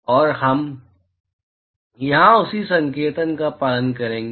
और हम यहां उसी संकेतन का पालन करेंगे